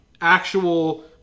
actual